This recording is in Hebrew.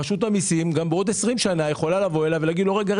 רשות המסים יכולה לבוא אליו גם בעוד 20 שנה ולהגיד לו: רגע,